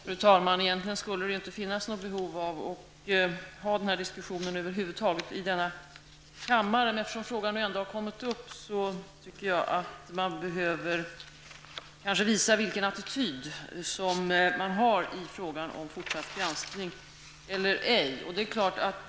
Fru talman! Egentligen skulle det över huvud taget inte finnas något behov av denna diskussion i denna kammare. Men eftersom frågan ändå kommit upp tycker jag man behöver visa vilken attityd man har i frågan om fortsatt granskning.